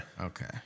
Okay